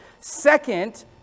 Second